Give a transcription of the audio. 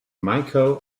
michael